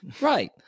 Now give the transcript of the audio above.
Right